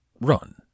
run